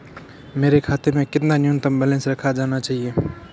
मेरे खाते में कितना न्यूनतम बैलेंस रखा जाना चाहिए?